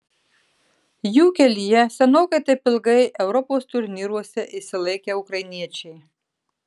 jų kelyje senokai taip ilgai europos turnyruose išsilaikę ukrainiečiai